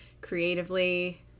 creatively